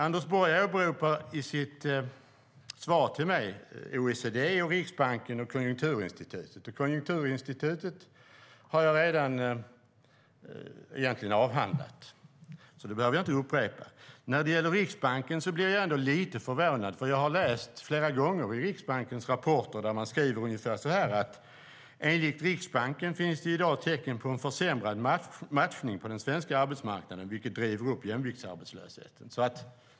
I sitt svar till mig åberopar Anders Borg OECD, Riksbanken och Konjunkturinstitutet. Konjunkturinstitutet har jag redan avhandlat, så det behöver jag inte upprepa. När det gäller Riksbanken blir jag lite förvånad, för jag har flera gånger läst Riksbankens rapporter, där man skriver ungefär så här: Enligt Riksbanken finns det i dag tecken på en försämrad matchning på den svenska arbetsmarknaden, vilket driver upp jämviktsarbetslösheten.